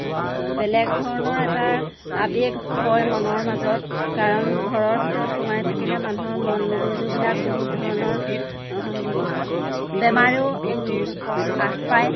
বেলেগ ধৰণৰ এটা আবেগ হয় মনৰ মাজত কাৰণ ঘৰৰ ভিতৰত সোমাই থাকিলে মানুহৰ মন মগজোবিলাক বহুত ধৰণৰ বেমাৰেও আশ পায়